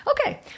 okay